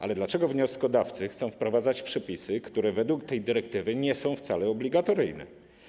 Ale dlaczego wnioskodawcy chcą wprowadzać przepisy, które według tej dyrektywy nie są wcale obligatoryjne?